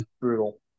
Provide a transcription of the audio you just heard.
brutal